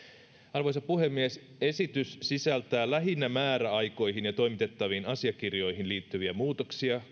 arvoisa puhemies esitys sisältää lähinnä määräaikoihin ja toimitettaviin asiakirjoihin liittyviä muutoksia